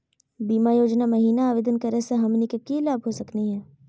बीमा योजना महिना आवेदन करै स हमनी के की की लाभ हो सकनी हे?